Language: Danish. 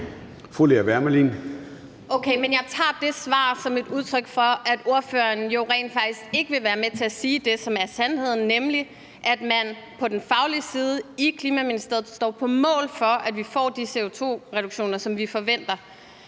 jeg tager det svar som et udtryk for, at ordføreren jo rent faktisk ikke vil være med til at sige det, som er sandheden, nemlig at man på den faglige side i Klimaministeriet står på mål for, at vi får de CO2-reduktioner, som vi forventer,